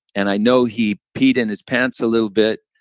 and i know he peed in his pants a little bit,